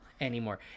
anymore